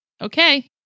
Okay